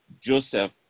Joseph